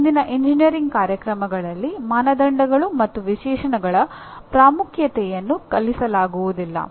ಇಂದಿನ ಎಂಜಿನಿಯರಿಂಗ್ ಕಾರ್ಯಕ್ರಮಗಳಲ್ಲಿ ಮಾನದಂಡಗಳು ಮತ್ತು ವಿಶೇಷಣಗಳ ಪ್ರಾಮುಖ್ಯತೆಯನ್ನು ಕಲಿಸಲಾಗುವುದಿಲ್ಲ